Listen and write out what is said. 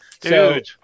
dude